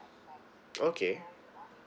okay